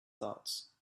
thoughts